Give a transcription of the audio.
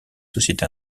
société